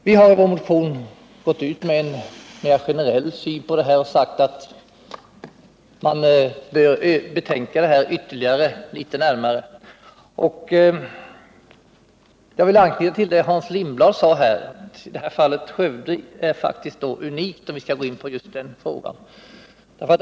Vi har i vår motion gått ut med en generell syn på det här och sagt att man bör betänka detta ytterligare litet närmare. Jag vill anknyta till det Hans Lindblad sade. Fallet Skövde är faktiskt unikt, om vi skall gå in på just den frågan.